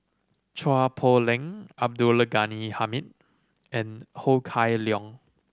Chua Poh Leng Abdul Ghani Hamid and Ho Kai Leong